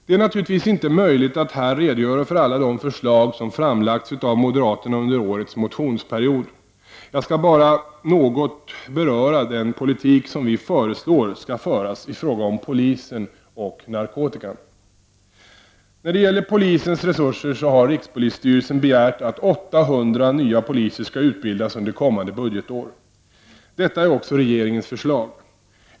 Det är naturligtvis inte möjligt att här redogöra för alla de förslag som framlagts av moderaterna under årets motionsperiod. Jag skall bara något beröra den politik som vi föreslår skall föras i fråga om polisen och narkotikan. När det gäller polisens resurser har rikspolisstyrelsen begärt att 800 nya poliser skall utbildas under kommande budgetår. Detta är också regeringens förslag.